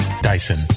Dyson